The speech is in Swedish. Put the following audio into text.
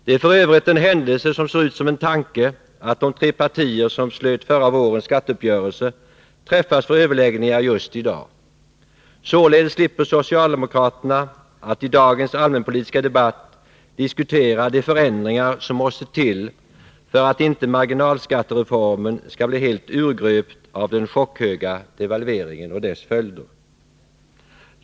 Det är f. ö. en händelse som ser ut som en tanke att de tre partier som slöt förra vårens skatteuppgörelse träffas för överläggningar just i dag. Således slipper socialdemokraterna att i dagens allmänpolitiska debatt diskutera de förändringar som måste till för att inte marginalskattereformen skall bli helt utgröpt av den chockhöga devalveringen och dess följder.